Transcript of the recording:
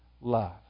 love